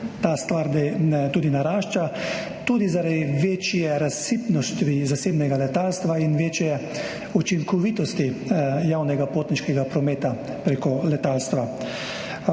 ta stvar tudi narašča, tudi zaradi večje razsipnosti zasebnega letalstva in večje učinkovitosti javnega potniškega prometa preko letalstva,